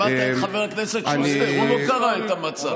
שמעת את חבר הכנסת שוסטר, הוא לא קרא את המצע.